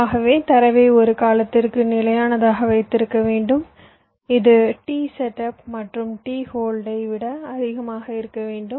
ஆகவே தரவை ஒரு காலத்திற்கு நிலையானதாக வைத்திருக்க வேண்டும் இது t செட்அப் மற்றும் t ஹோல்ட்டை விட அதிகமாக இருக்க வேண்டும்